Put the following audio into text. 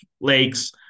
lakes